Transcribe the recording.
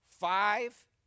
five